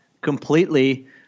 completely